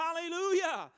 Hallelujah